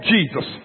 Jesus